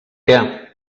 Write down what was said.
què